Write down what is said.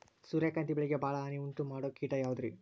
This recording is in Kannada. ಸೂರ್ಯಕಾಂತಿ ಬೆಳೆಗೆ ಭಾಳ ಹಾನಿ ಉಂಟು ಮಾಡೋ ಕೇಟ ಯಾವುದ್ರೇ?